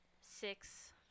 six